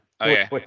okay